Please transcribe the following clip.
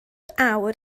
awr